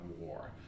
war